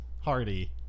Hardy